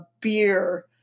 beer